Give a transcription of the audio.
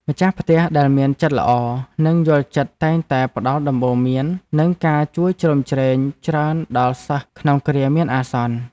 ម្ចាស់ផ្ទះដែលមានចិត្តល្អនិងយល់ចិត្តតែងតែផ្តល់ដំបូន្មាននិងការជួយជ្រោមជ្រែងច្រើនដល់សិស្សក្នុងគ្រាមានអាសន្ន។